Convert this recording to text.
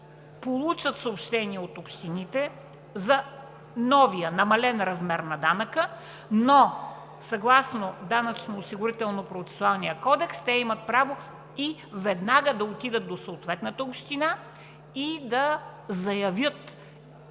получат съобщение от общините за новия намален размер на данъка, но съгласно Данъчно-осигурителния процесуален кодекс те имат право и веднага да отидат до съответната община и да заявят